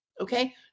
Okay